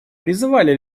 призывали